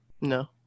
No